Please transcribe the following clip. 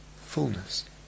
Fullness